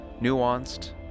nuanced